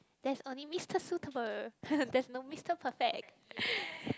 there's only Mister suitable there's no Mister perfect